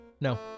No